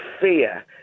fear